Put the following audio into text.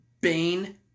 Bane